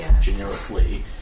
generically